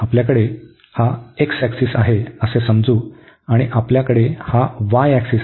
आपल्याकडे हा x axis आहे असे समजू आणि आपल्याकडे हा y ऍक्सिस आहे